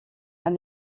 and